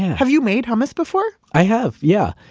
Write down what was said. have you made hummus before? i have, yeah.